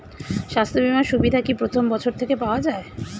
স্বাস্থ্য বীমার সুবিধা কি প্রথম বছর থেকে পাওয়া যায়?